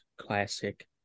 classic